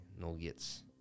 no-gets